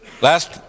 Last